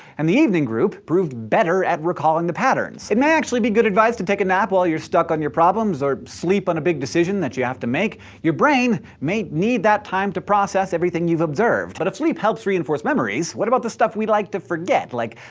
and the evening group proved better at recalling the patterns. it may actually be good advice to take a nap while you're stuck on your problems or sleep on a big decision that you have to make. make. your brain may need that time to process everything you've observed. but if sleep helps reinforce memories, what about the stuff we'd like to forget? like.